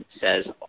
says